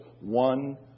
one